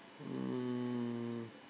mm